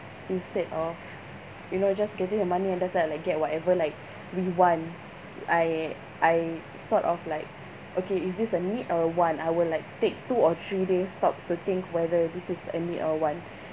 instead of you know just getting your money and just like get whatever like we want I I sort of like okay is this a need or a want I will like take two or three days tops to think whether this is a need or a want